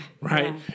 Right